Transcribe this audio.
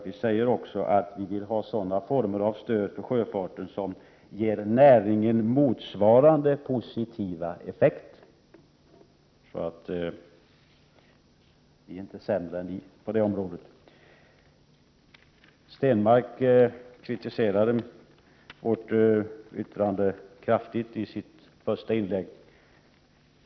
Vi framhåller också att vi vill ha sådana former av stöd till sjöfarten som ger näringen motsvarande positiva effekter. Så vi är inte sämre än ni på det området. Per Stenmarck kritiserade vårt yttrande kraftigt i sitt första inlägg.